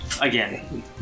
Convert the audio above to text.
Again